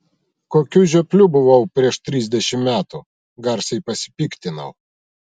kokiu žiopliu buvau prieš trisdešimt metų garsiai pasipiktinau